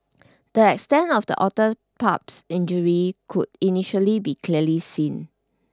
the extent of the otter pup's injury could initially be clearly seen